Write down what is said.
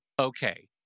Okay